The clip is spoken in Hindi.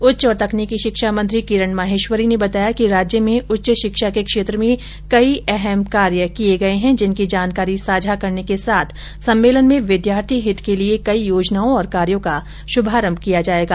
उच्च और तकनीकी शिक्षा मंत्री किरण माहेश्वरी ने बताया कि राज्य में उच्च शिक्षा के क्षेत्र में कई अहम कार्य किये गए हैं जिनकी जानकारी साझा करने के साथ सम्मेलन में विद्यार्थी हित के लिये कई योजनाओं और कार्यो का श्रभारंभ किया जाएगा